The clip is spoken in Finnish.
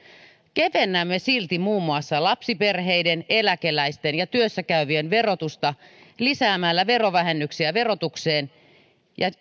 kevennämme silti muun muassa lapsiperheiden eläkeläisten ja työssäkäyvien verotusta lisäämällä verotukseen verovähennyksiä ja